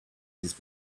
his